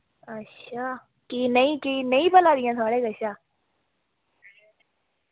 अच्छा भी नेईं भी नेईं बना दियां थुआढ़े कशा